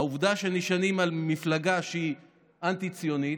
העובדה שנשענים על מפלגה שהיא אנטי-ציונית,